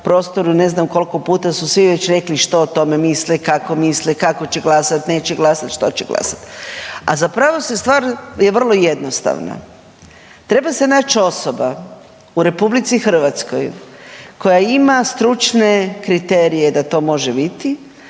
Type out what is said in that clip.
Ne znam koliko puta su svi već rekli što o tome misle, kako misle, kako će glasati, neće glasati, što će glasati. A zapravo stvar je vrlo jednostavna. Treba se naći osoba u RH koja ima stručne kriterije da to može biti,